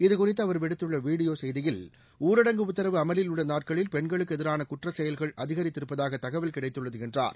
இது குறித்து அவர் விடுத்துள்ள வீடியோ செய்தியில் ஊரடங்கு உத்தரவு அமலில் உள்ள நாட்களில் பெண்களுக்கு எதிரான குற்ற செயல்கள் அதிகித்திருப்பதாக தகவல் கிடைத்துள்ளது என்றார்